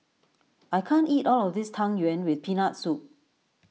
I can't eat all of this Tang Yuen with Peanut Soup